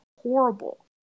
horrible